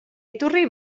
iturri